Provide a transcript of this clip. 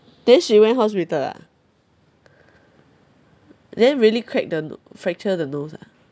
then she went hospital ah then really crack the no~ fracture the nose ah